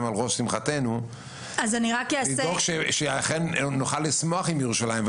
על ראש שמחתנו לדאוג שאכן נוכל לשמוח עם ירושלים,